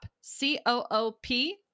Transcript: C-O-O-P